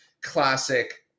classic